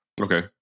Okay